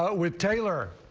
ah with taylor.